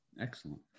excellent